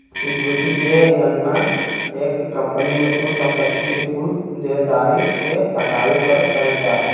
equity के गणना एक कंपनी के कुल संपत्ति से कुल देनदारी के घटावे पर करल जा हय